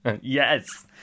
Yes